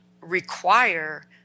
require